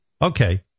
Okay